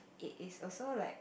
it is also like